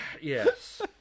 Yes